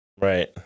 Right